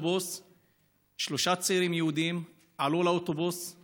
שלושה צעירים יהודים עלו לאוטובוס עם